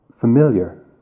familiar